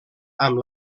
amb